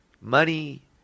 money